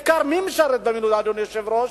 מי בעיקר משרת במילואים, אדוני היושב-ראש?